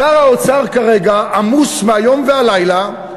שר האוצר כרגע עמוס מהיום והלילה,